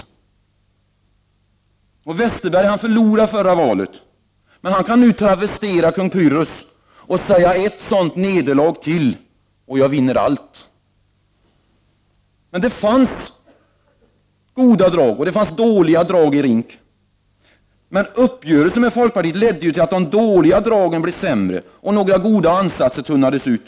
Bengt Westerberg förlorade förra valet, men han kan nu travestera kung Pyrrhos och säga: Ett sådant nederlag till och jag vinner allt. Det fanns goda drag och dåliga drag i RINK, men uppgörelsen med folkpartiet ledde till att de dåliga dragen blev sämre och några goda ansatser tunnades ut.